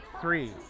three